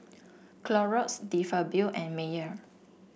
Clorox De Fabio and Mayer